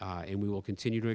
and we will continue to